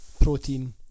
protein